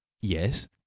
yes